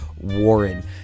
Warren